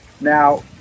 Now